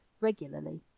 regularly